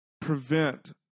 prevent